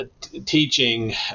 teaching